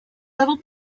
level